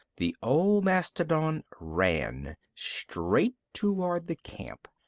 the old mastodon ran straight toward the camp.